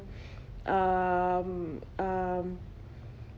um um